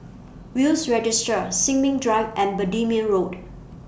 Will's Registry Sin Ming Drive and Bendemeer Road